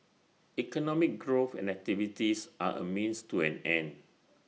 economic growth and activities are A means to an end